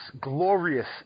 glorious